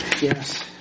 Yes